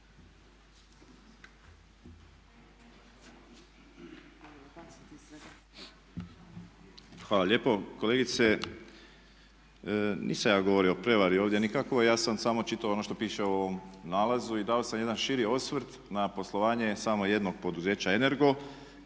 Hvala lijepo. Kolegice nisam ja govorio o prijevari ovdje nikakvoj. Ja sam samo čitao ono što piše u ovom nalazu i dao sam jedan širi osvrt na poslovanje samo jednog poduzeća Energo